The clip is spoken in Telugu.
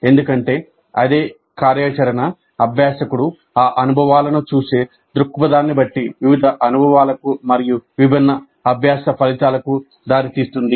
ఎందుకంటే అదే కార్యాచరణ అభ్యాసకుడు ఆ అనుభవాలను చూసే దృక్పథాన్ని బట్టి వివిధ అనుభవాలకు మరియు విభిన్న అభ్యాస ఫలితాలకు దారితీస్తుంది